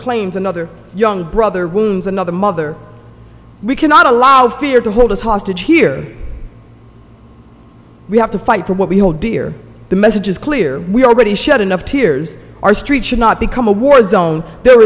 claims another young brother wombs another mother we cannot allow fear to hold us hostage here we have to fight for what we hold dear the message is clear we already shut enough tears our streets should not become a war zone there